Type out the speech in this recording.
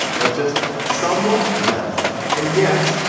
but just somewhat less. and yes,